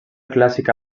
clàssica